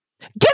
get